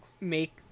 make